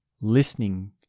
Listening